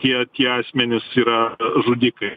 tie tie asmenys yra žudikai